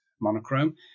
monochrome